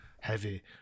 heavy